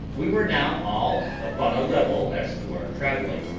we were now all upon a level as to our travelling,